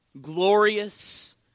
glorious